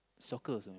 soccer also